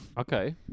Okay